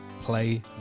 play